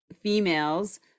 females